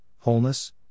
wholeness